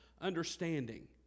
understanding